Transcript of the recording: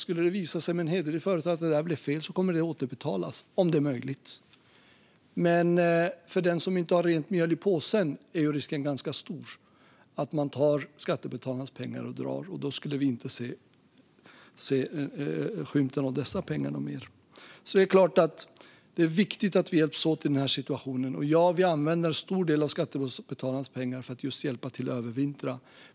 Om det för en hederlig företagare visar sig att det hela blivit fel kommer pengarna att återbetalas, om det är möjligt. Men risken är stor att den som inte har rent mjöl i påsen tar skattebetalarnas pengar och drar. Då skulle vi inte se skymten av dem. Det är självklart viktigt att vi hjälps åt i den här situationen. Ja, vi använder en stor del av skattebetalarnas pengar för att hjälpa företagen att övervintra.